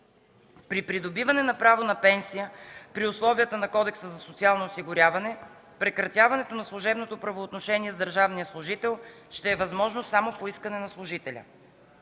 При придобиване на право на пенсия при условията на Кодекса за социално осигуряване прекратяването на служебното правоотношение с държавния служител ще е възможно само по искане на служителя.